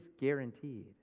guaranteed